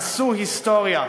עשו היסטוריה.